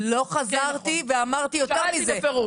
לא חזרתי ואמרתי יותר מזה -- שמעתי בפירוש.